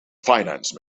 finance